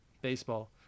Baseball